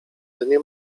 dnie